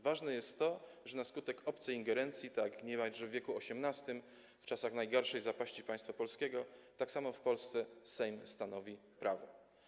Ważne jest to, że na skutek obcej ingerencji jak niemalże w wieku XVIII, w czasach najgorszej zapaści państwa polskiego, tak samo w Polsce Sejm stanowi prawo.